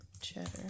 Cheddar